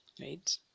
right